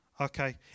okay